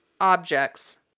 objects